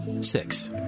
Six